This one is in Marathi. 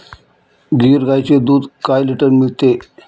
गीर गाईचे दूध काय लिटर मिळते?